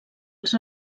els